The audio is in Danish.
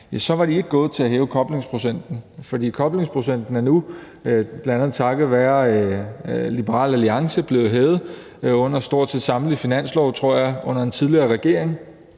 var de ikke gået til at hæve koblingsprocenten, for koblingsprocenten er nu, bl.a. takket være Liberal Alliance, blevet hævet i stort set samtlige finanslove, tror jeg, under den tidligere regering